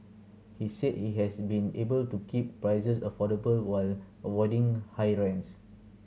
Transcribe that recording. he said he has been able to keep prices affordable while avoiding high rents